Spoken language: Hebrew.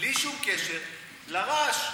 בלי שום קשר לרעש.